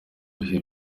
bihe